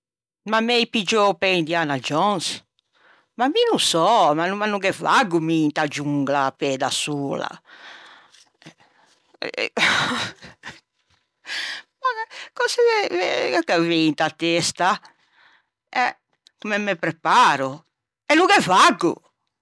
Ma m'ei piggiou pe Indiana Jones? Ma mi no sò, ma no ghe vaggo mi inta giungla à pê da sola. Ma cöse gh'avei inta testa? Comme me preparo? E no ghe vaggo!